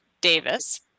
Davis